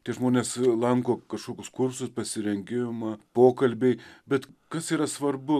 tie žmonės lanko kažkokius kursus pasirengimą pokalbiai bet kas yra svarbu